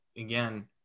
again